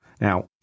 Now